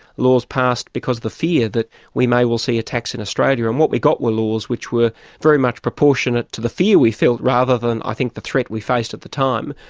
laws passed because of fear that we may well see attacks in australia, and what we got were laws which were very much proportionate to the fear we felt, rather than i think the threat we faced at the time,